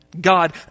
God